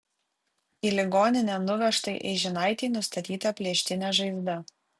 į ligoninę nuvežtai eižinaitei nustatyta plėštinė žaizda